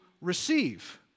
receive